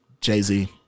Jay-Z